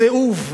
סיאוב: